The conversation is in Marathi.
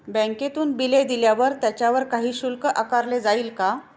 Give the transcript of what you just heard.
बँकेतून बिले दिल्यावर त्याच्यावर काही शुल्क आकारले जाईल का?